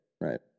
Right